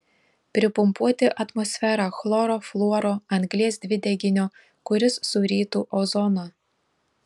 pripumpuoti atmosferą chloro fluoro anglies dvideginio kuris surytų ozoną